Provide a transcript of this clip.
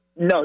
No